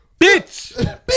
Bitch